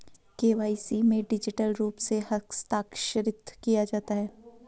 KYC में digital रूप से हस्ताक्षरित किया जाता है